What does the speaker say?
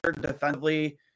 defensively